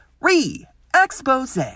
re-expose